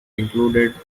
included